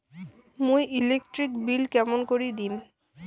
মুই electric bill কেমন করি দিম?